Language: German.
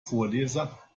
vorleser